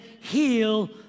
heal